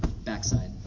backside